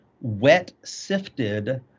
wet-sifted